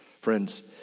Friends